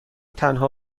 تنها